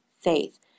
faith